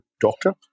Doctor